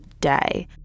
day